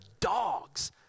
dogs